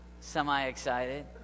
semi-excited